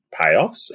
payoffs